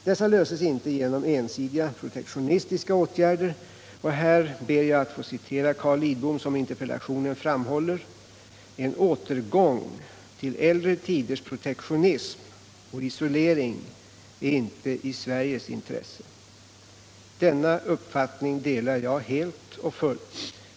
Dessa löses inte genom ensidiga protektionistiska åtgärder och här ber jag att få citera Carl Lidbom som i interpellationen framhåller: ”En återgång till äldre tiders protektionism och isolering är inte i Sveriges intresse.” Denna uppfattning delar jag helt och fullt.